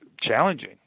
challenging